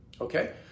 okay